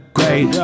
great